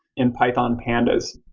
in python pandas.